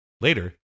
Later